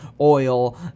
oil